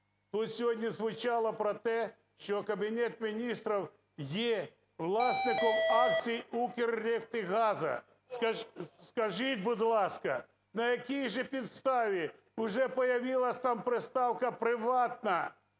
Тут сьогодні звучало про те, що Кабінет Міністрів є власником акцій Укррефт… і газу. Скажіть, будь ласка, на якій же підставі вже появилась там приставка "приватна",